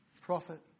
Prophet